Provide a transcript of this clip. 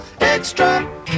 extra